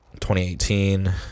2018